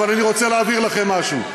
אבל אני רוצה להבהיר לכם משהו.